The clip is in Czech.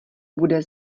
bude